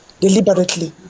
deliberately